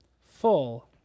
full